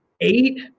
Eight